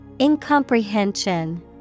Incomprehension